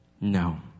No